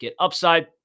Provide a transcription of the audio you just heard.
GetUpside